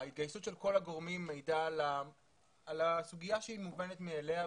ההתגייסות של כל הגורמים מעידה על הפגיעה שהיא מובנת מאליה,